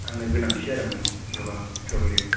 आंनो गोनांथि जादोंमोन गोबां स्थ्र'बेरिनि